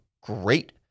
great